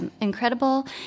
incredible